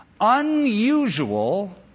unusual